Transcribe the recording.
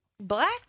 black